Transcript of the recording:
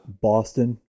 Boston